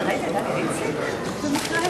3), התש"ע 2010, נתקבל.